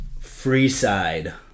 Freeside